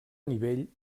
nivell